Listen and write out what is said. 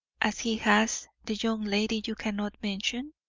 as he has the young lady you cannot mention?